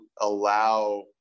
allow